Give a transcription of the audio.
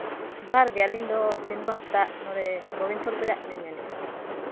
ᱡᱚᱦᱟᱨ ᱜᱮ ᱟᱹᱞᱤᱧ ᱫᱚ ᱥᱤᱱᱜᱚ ᱦᱟᱸᱥᱫᱟ ᱱᱚᱰᱮ ᱜᱳᱵᱤᱱᱯᱩᱨ ᱠᱷᱚᱱᱟᱜ ᱞᱤᱧ ᱢᱮᱱᱮᱫᱼᱟ